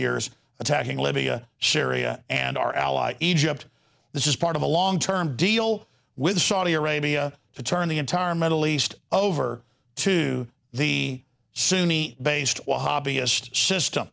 years attacking libya syria and our ally egypt this is part of a long term deal with saudi arabia to turn the entire middle east over to the sunni based hobbyist system